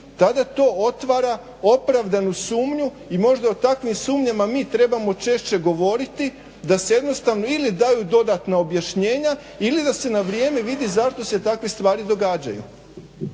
tada to otvara opravdanu sumnju i možda o takvim sumnjama mi trebamo češće govoriti da se jednostavno ili daju dodatna objašnjenja ili da se na vrijeme vidi zašto se takve stvari događaju.